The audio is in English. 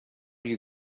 you